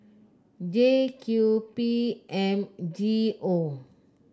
J Q P M G O